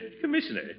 Commissioner